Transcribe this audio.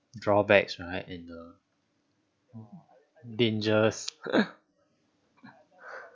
drawbacks right in the dangerous